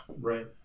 Right